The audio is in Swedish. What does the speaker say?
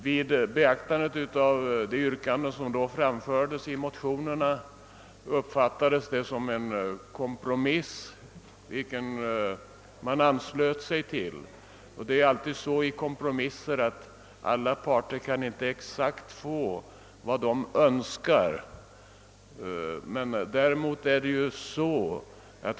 Vid beaktandet av de yrkanden som då framfördes i motionerna uppfattades det slutliga beslutet som en kompromiss, till vilken man hade anslutit sig. Då det är fråga om kompromisser kan alla parter inte få exakt vad de önskar.